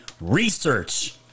research